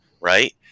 Right